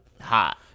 Hot